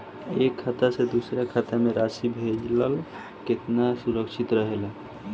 एक खाता से दूसर खाता में राशि भेजल केतना सुरक्षित रहेला?